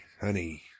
honey